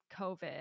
COVID